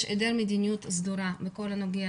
יש היעדר מדיניות סדורה בכל הנוגע